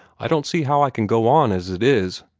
i don't see how i can go on as it is.